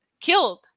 killed